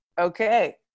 okay